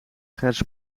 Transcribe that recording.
gers